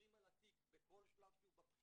שעוברים על התיק בכל שלב שהוא בבחינה,